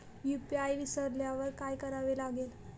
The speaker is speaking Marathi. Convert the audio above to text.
यू.पी.आय विसरल्यावर काय करावे लागेल?